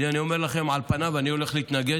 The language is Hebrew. הינה, אני אומר לכם, על פניו אני הולך להתנגד.